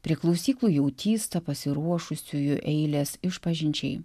prie klausyklų jau tįsta pasiruošusiųjų eilės išpažinčiai